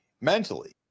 mentally